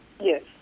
Yes